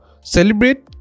celebrate